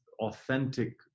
authentic